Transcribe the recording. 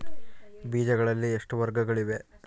ಬೇಜಗಳಲ್ಲಿ ಎಷ್ಟು ವರ್ಗಗಳಿವೆ?